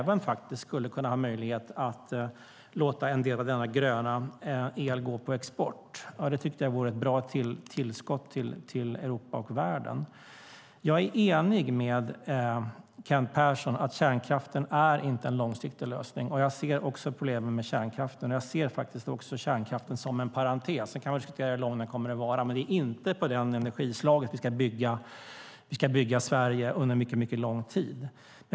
Vi skulle även ha möjlighet att låta en del av denna gröna el gå på export. Det vore ett bra tillskott till Europa och världen. Jag är enig med Kent Persson om att kärnkraften inte är en långsiktig lösning. Också jag ser problemen med kärnkraften och ser den faktiskt som en parentes. Sedan kan vi diskutera hur lång den parentesen kommer att vara, men det är inte på det energislaget vi ska bygga Sverige under mycket lång tid.